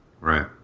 Right